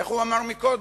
איך הוא אמר קודם?